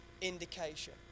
indication